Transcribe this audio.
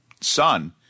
son